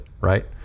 right